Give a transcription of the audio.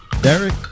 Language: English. Derek